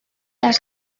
las